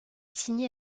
signé